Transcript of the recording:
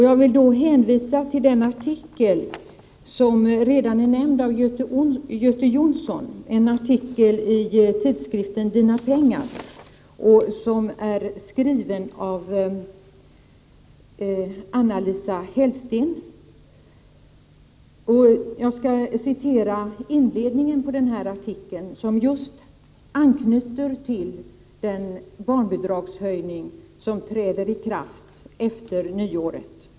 Jag vill hänvisa Ing-Marie Hansson till den artikel som Göte Jonsson redan har omnämnt och som återfinns i tidskriften Dina Pengar. Artikeln är skriven av Anna-Lisa Hellsten. Jag skall citera inledningen på den här artikeln, som anknyter till den barnbidragshöjning som träder i kraft efter nyåret.